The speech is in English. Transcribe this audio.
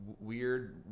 weird